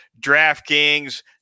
DraftKings